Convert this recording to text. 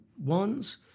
ones